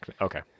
Okay